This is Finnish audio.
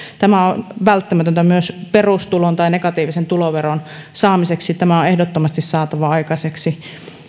tämä on välttämätöntä myös perustulon tai negatiivisen tuloveron saamiseksi tämä on ehdottomasti saatava aikaiseksi